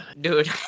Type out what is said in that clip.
dude